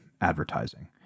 advertising